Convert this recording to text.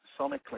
sonically